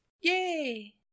Yay